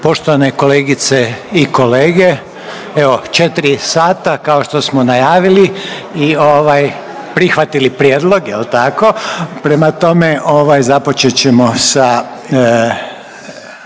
Poštovane kolegice i kolege, evo 4 sata, kao što smo najavili i ovaj, prihvatili prijedlog, je li tako? Prema tome, ovaj, započet ćemo sa,